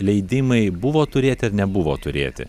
leidimai buvo turėti ar nebuvo turėti